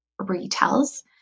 retells